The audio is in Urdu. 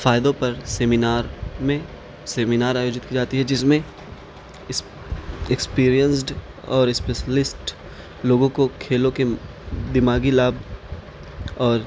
فائدوں پر سیمینار میں سیمینار آیوجت کی جاتی ہے جس میں ایکسپریئنسڈ اور اسپیشلسٹ لوگوں کو کھیلوں کے دماغی لابھ اور